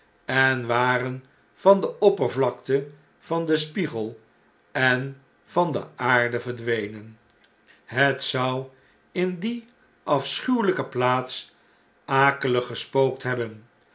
en waren van de oppervlakte van den spiegel en van de aarde verdwenen het zou in die afschuweljjke plaats akelig gespookt hebben